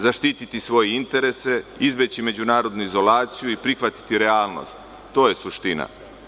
Zaštititi svoje interese, izbeći međunarodnu izolaciju i prihvatiti realnost, to je suština.